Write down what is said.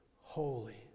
holy